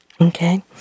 Okay